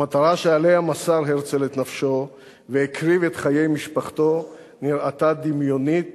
המטרה שעליה מסר הרצל את נפשו והקריב את חיי משפחתו נראתה דמיונית